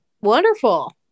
Wonderful